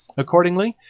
accordingly,